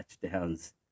touchdowns